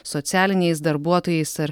socialiniais darbuotojais ar